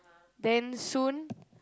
then soon